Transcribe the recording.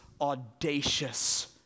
audacious